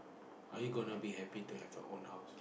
are you gonna be happy to have your own house